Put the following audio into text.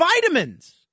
vitamins